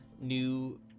new